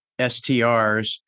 STRs